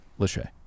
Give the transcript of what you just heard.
Lachey